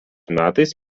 metais